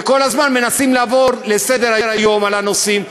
וכל הזמן מנסים לעבור לסדר-היום עם הנושאים,